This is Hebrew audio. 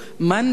מאן דהוא,